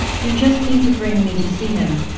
you just need to bring me to see him!